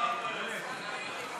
ההצעה להסיר את הצעת חוק